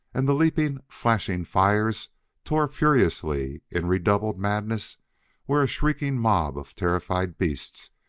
and the leaping, flashing fires tore furiously in redoubled madness where a shrieking mob of terrified beasts,